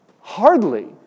Hardly